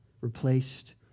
replaced